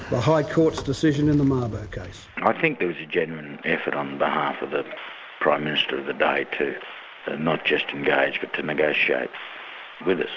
the high court's decision in the mabo case. i think there was a genuine and effort on behalf of the prime minister of the day to not just engage, but to negotiate with us.